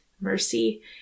mercy